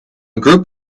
group